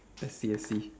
I see I see